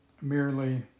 merely